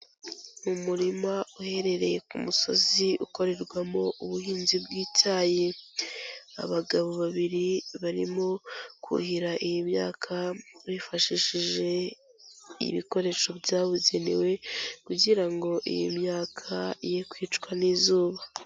Umurima uherereye ku musozi ukorerwamo ubuhinzi bw'icyayi, abagabo babiri barimo kuhira iyi myaka bifashishije ibikoresho byabugenewe, kugira ngo iyi myaka ye kwicwa n'izuba.